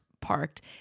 parked